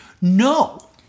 No